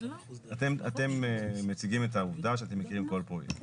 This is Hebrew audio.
אתם טוענים שאתם מציגים את העובדה שאתם מכירים כל פרויקט.